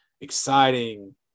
exciting